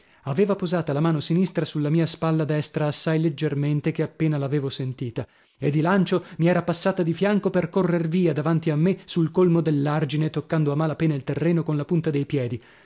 aveva posata la mano sinistra sulla mia spalla destra assai leggermele che appena l'avevo sentita e di lancio mi era passata di fianco per correr via davanti a me sul colmo dell'argine toccando a mala pena il terreno con la punta dei piedi